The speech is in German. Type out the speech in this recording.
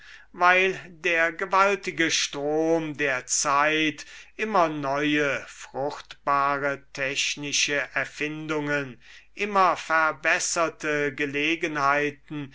weil der gewaltige strom der zeit immer neue fruchtbare technische erfindungen immer verbesserte gelegenheiten